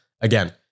again